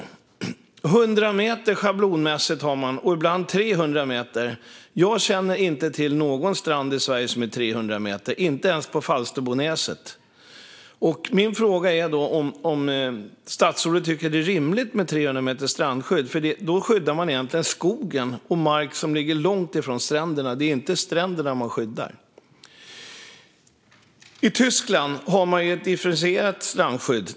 Det är 100 meter schablonmässigt, och ibland är det 300 meter. Jag känner inte till någon strand i Sverige som är 300 meter, inte ens på Falsterbonäset. Min fråga är om statsrådet tycker att det är rimligt med 300 meters strandskydd. Då skyddar man egentligen skog och mark som ligger långt från stränderna. Det är inte stränderna man skyddar. I Tyskland har man ett differentierat strandskydd.